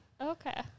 Okay